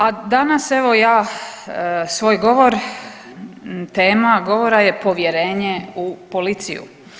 A danas evo ja svoj govor, tema govora je povjerenje u policiju.